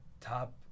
top